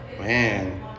Man